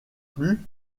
plus